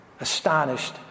astonished